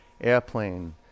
Airplane